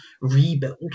rebuild